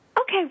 Okay